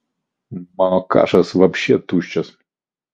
mano kašas vapše tuščias